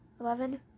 eleven